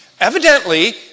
Evidently